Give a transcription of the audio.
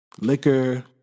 liquor